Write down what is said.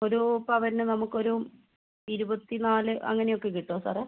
ഒരു പവന് നമുക്കൊരു ഇരുപത്തി നാല് അങ്ങനെയൊക്കെ കിട്ടുമോ സാറേ